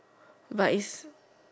but is